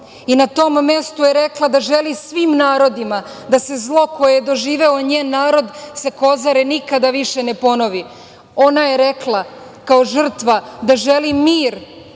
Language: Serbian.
Na tom mestu je rekla da želi svim narodima da se zlo koje je doživeo njen narod sa Kozare nikada više ne ponovi. Ona je rekla, kao žrtva, da želi mir